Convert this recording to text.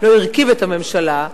הרכיב את הממשלה,